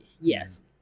yes